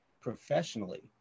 professionally